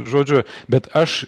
žodžiu bet aš